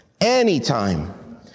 Anytime